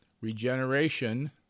Regeneration